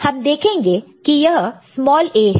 हम देखेंगे कि यह स्मॉल a है